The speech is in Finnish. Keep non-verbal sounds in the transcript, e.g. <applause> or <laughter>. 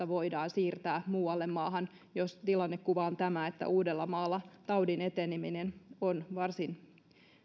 <unintelligible> voidaan siirtää muualle maahan jos tilannekuva on tämä että uudellamaalla taudin eteneminen on varsin